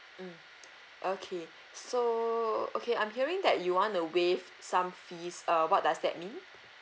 mm okay so okay I'm hearing that you want to waive some fees uh what does that mean